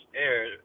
air